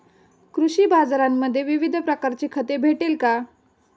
कृषी बाजारांमध्ये विविध प्रकारची खते भेटेल का?